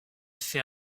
fait